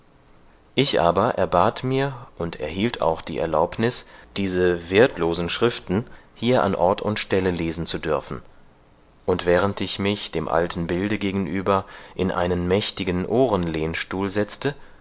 ich aber erbat mir und erhielt auch die erlaubnis diese wertlosen schriften hier an ort und stelle lesen zu dürfen und während ich mich dem alten bilde gegenüber in einen mächtigen ohrenlehnstuhl setzte